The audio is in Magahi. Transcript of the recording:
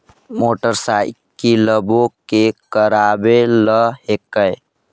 मोटरसाइकिलवो के करावे ल हेकै?